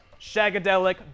Shagadelic